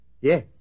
Yes